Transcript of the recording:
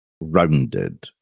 rounded